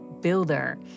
builder